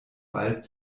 bald